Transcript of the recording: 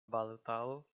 balotado